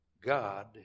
God